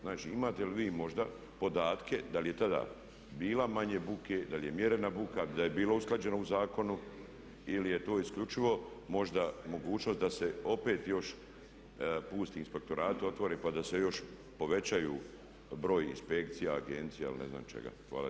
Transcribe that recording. Znači, imate li vi možda podatke da li je tada bila manje buke, da li je mjerena buka, da je bilo usklađeno u zakonu ili je to isključivo možda mogućnost da se opet još pusti inspektoratu, otvori pa da se još povećaju broj inspekcija, agencija ili ne znam čega.